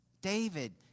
David